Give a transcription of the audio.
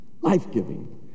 life-giving